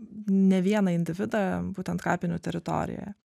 ne vieną individą būtent kapinių teritorijoje